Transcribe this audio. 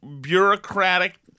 bureaucratic